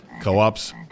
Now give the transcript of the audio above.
co-ops